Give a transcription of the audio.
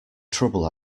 trouble